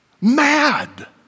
Mad